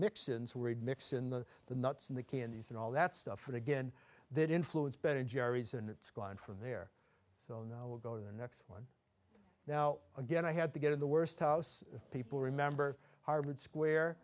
ins worried mix in the the nuts and the candies and all that stuff and again that influence ben and jerry's and it's gone from there so now we'll go to the next one now again i had to get in the worst house people remember harvard square